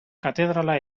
katedrala